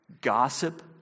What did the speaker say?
gossip